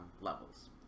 levels